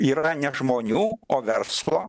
yra ne žmonių o verslo